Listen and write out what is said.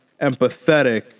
empathetic